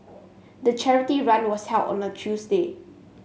the charity run was held on a Tuesday